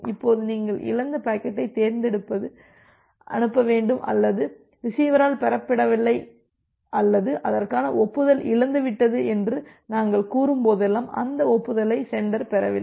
இப்போது நீங்கள் இழந்த பாக்கெட்டை தேர்ந்தெடுத்து அனுப்ப வேண்டும் அல்லது ரிசிவரால் பெறப்படவில்லை அல்லது அதற்கான ஒப்புதல் இழந்துவிட்டது என்று நாங்கள் கூறும்போதெல்லாம் அந்த ஒப்புதலை சென்டர் பெறவில்லை